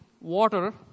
water